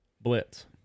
Blitz